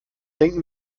denken